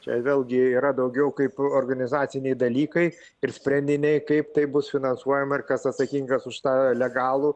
čia vėlgi yra daugiau kaip organizaciniai dalykai ir sprendiniai kaip tai bus finansuojama ir kas atsakingas už tą legalų